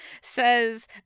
says